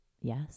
Yes